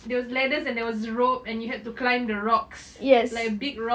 there was ladders there was ropes and you had to climb the rocks like a big rock